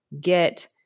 get